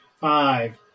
Five